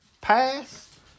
pass